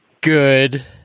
good